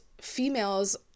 females